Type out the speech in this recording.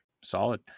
Solid